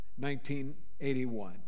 1981